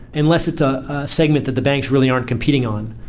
unless it's a segment that the banks really aren't competing on.